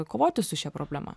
kovoti su šia problema